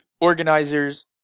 organizers